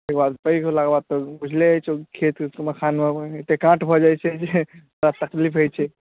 ताहिके बाद पैघ भेलाके बाद तऽ बुझले अछि खेत मखानमे एतेक कांट भऽ जाइत छै जे तकलीफ होइत छै